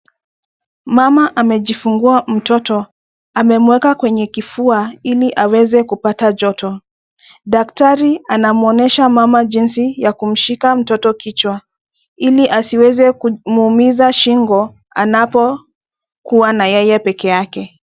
Mama amejifungua mtoto. Ameweka kwenye kifua ili aweze Kupata joto. Daktari anamwonyesha mama jinsi ya kumshika mtoto kichwa ili asiweze kunwumiza shingo anapokuwa na yeye pekee yake.